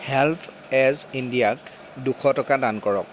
HelpAge ইণ্ডিয়াক দুশ টকা দান কৰক